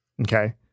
Okay